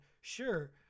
sure